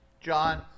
John